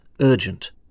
Urgent